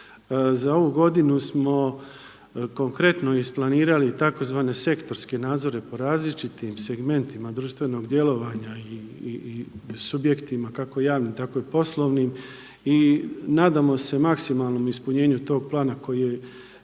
Za ovu godinu smo konkretno isplanirati tzv. sektorske nadzore po različitim segmentima društvenog djelovanja i subjektima kako javnim tako i poslovnim. I nadamo se maksimalnom ispunjenju tog plana koji je